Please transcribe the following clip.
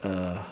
uh